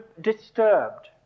disturbed